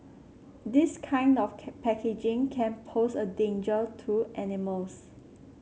this kind of packaging can pose a danger to animals